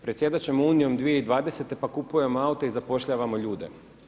Predsjedat ćemo Unijom 2020. pa kupujemo aute i zapošljavamo ljude.